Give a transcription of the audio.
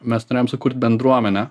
mes norėjom sukurt bendruomenę